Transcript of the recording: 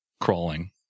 crawling